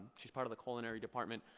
she's part of the culinary department,